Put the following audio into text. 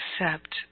accept